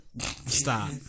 stop